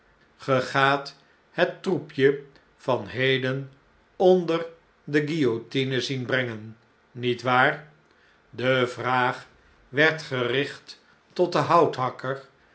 gaat het troepje van het einde van het breiwerk heden onder de guillotine zien brengen niet waar de vraag werd gericht tot den houthakker